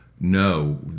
no